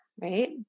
right